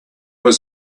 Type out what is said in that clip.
was